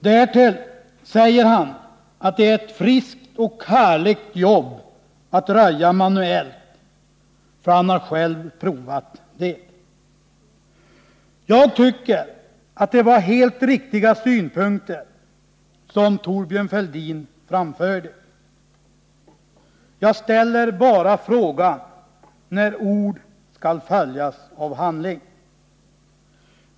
Därtill säger han att det är ett friskt och härligt jobb att röja manuellt, för han har själv provat det. Jag tycker att det var helt riktiga synpunkter som Thorbjörn Fälldin framförde. Jag ställer bara frågan: När skall ord följas av handling?